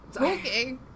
Okay